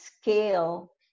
scale